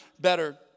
better